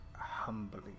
humbly